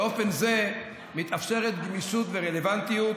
באופן זה מתאפשרת גמישות ורלוונטיות,